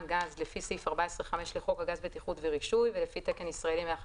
גז לפי סעיף 14(5) לחוק הגז (בטיחות ורישוי) ולפי ת"י 158,